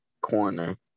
corner